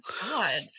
god